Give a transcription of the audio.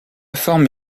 forme